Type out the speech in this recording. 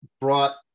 brought